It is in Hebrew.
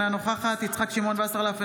אינה נוכחת יצחק שמעון וסרלאוף,